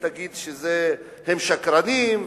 ותגיד שהם שקרנים,